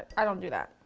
i don't do that.